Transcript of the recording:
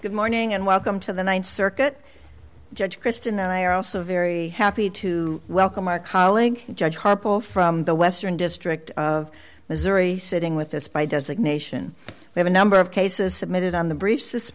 good morning and welcome to the th circuit judge kristin and i are also very happy to welcome our colleague judge harbaugh from the western district of missouri sitting with us by designation have a number of cases submitted on the briefs this